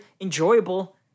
enjoyable